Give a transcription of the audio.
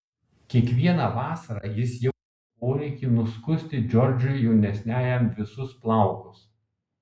kiekvieną vasarą jis jautė poreikį nuskusti džordžui jaunesniajam visus plaukus